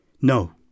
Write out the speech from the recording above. No